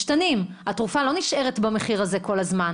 התרופה לא נשארת במחיר הזה כל הזמן.